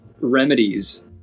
remedies